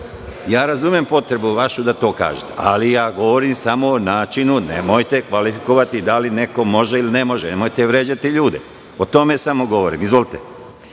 vašu potrebu da to kažete, ali govorim samo o načinu. Nemojte kvalifikovati da li neko može ili ne može. Nemojte vređati ljude. Samo o tome govorim. Izvolite.